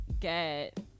Get